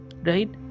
right